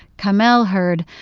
kamel heard,